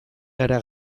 gara